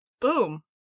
Boom